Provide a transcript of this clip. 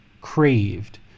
craved